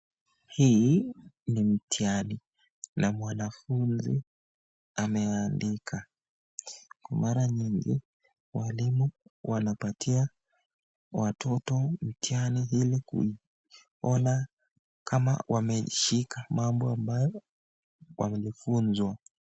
Hii ni mtihani na mwanafunzi ameandika. Kwa mara nyingi walimu wanapatia watoto mitihani ili kuiona kama wameshika mambo ambayo walifunzwa.